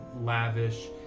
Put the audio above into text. lavish